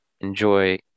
enjoy